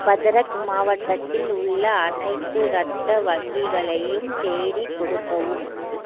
பத்ரக் மாவட்டத்தில் உள்ள அனைத்து இரத்த வங்கிகளையும் தேடிக் கொடுக்கவும்